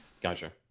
Gotcha